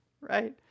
Right